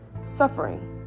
suffering